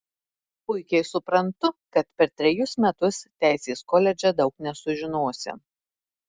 puikiai suprantu kad per trejus metus teisės koledže daug nesužinosi